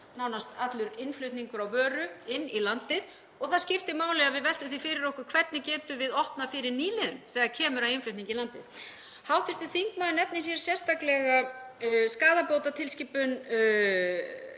nánast allur innflutningur á vöru inn í landið og það skiptir máli að við veltum því fyrir okkur hvernig við getum opnað fyrir nýliðun þegar kemur að innflutningi í landinu. Hv. þingmaður nefnir hér sérstaklega skaðabótatilskipun,